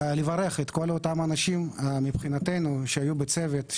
לברך את כל אותם אנשים מבחינתנו שהיו בצוות,